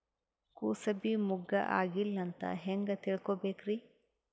ಕೂಸಬಿ ಮುಗ್ಗ ಆಗಿಲ್ಲಾ ಅಂತ ಹೆಂಗ್ ತಿಳಕೋಬೇಕ್ರಿ?